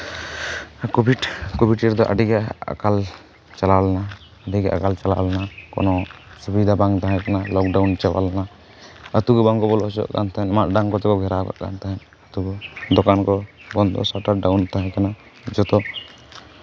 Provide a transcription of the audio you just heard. covid covid ᱨᱮᱭᱟᱜ ᱫᱚ ᱟᱹᱰᱤᱜᱮ ᱟᱠᱟᱞ ᱪᱟᱞᱟᱣ ᱞᱮᱱᱟ ᱠᱳᱱᱳ ᱥᱩᱵᱤᱫᱷᱟ ᱵᱟᱝ ᱛᱟᱦᱮᱸ ᱠᱟᱱᱟ ᱞᱚᱠᱰᱟᱣᱩᱱ ᱪᱟᱞᱟᱣ ᱞᱮᱱᱟ ᱟᱹᱛᱩ ᱜᱮ ᱵᱟᱝ ᱠᱚ ᱵᱚᱞᱚ ᱦᱚᱪᱚᱣᱟᱜ ᱠᱟᱱ ᱛᱟᱦᱮᱸᱫ ᱢᱟᱫ ᱰᱟᱝ ᱠᱚᱛᱮ ᱠᱚ ᱜᱷᱮᱨᱟᱣ ᱠᱟᱜ ᱠᱟᱱ ᱛᱟᱦᱮᱸᱫ ᱟᱹᱛᱩ ᱫᱚ ᱵᱟᱝ ᱠᱚ ᱥᱟᱴᱟᱨ ᱰᱟᱣᱩᱱ ᱛᱟᱦᱮᱸ ᱠᱟᱱᱟ ᱡᱚᱛᱚ